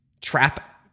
trap